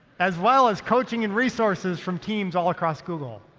as well as coaching and resources from teams all across google.